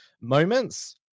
moments